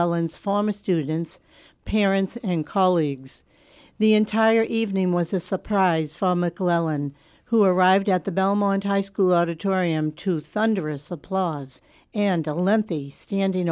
ellan's former students parents and colleagues the entire evening was a surprise for mcclellan who arrived at the belmont high school auditorium to thunderous applause and a lengthy standing